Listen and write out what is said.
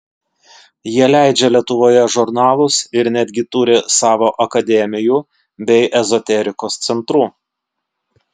jie leidžia lietuvoje žurnalus ir netgi turi savo akademijų bei ezoterikos centrų